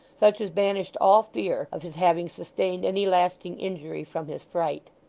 such as banished all fear of his having sustained any lasting injury from his fright.